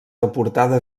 deportada